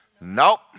Nope